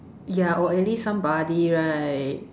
ya or at least somebody right